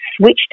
switched